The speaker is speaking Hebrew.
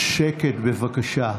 ששש, שקט, בבקשה.